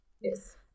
Yes